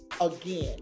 again